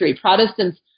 Protestants